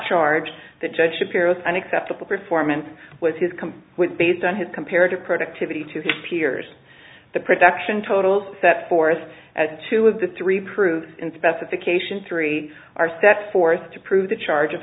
charge the judge to paris an acceptable performance with his come with based on his comparative productivity to his peers the production totals set forth as two of the three proved in specification three are set forth to prove the charge